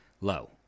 low